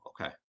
okay